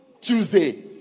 Tuesday